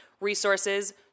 resources